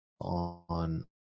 on